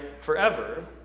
forever